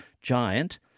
Giant